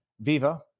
Viva